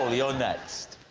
ah ah next.